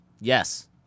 Yes